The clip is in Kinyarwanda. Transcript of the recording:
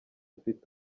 ufite